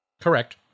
Correct